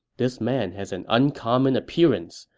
this man has an uncommon appearance,